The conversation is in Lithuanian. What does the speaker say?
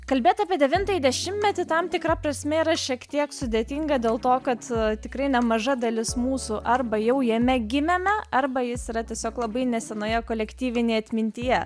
kalbėt apie devintąjį dešimtmetį tam tikra prasme yra šiek tiek sudėtinga dėl to kad tikrai nemaža dalis mūsų arba jau jame gimėme arba jis yra tiesiog labai nesenoje kolektyvinėj atmintyje